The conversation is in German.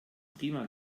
prima